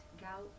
gout